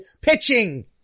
Pitching